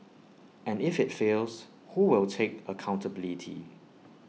and if IT fails who will take accountability